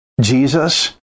Jesus